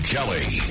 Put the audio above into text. Kelly